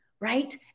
right